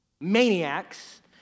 maniacs